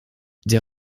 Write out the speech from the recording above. der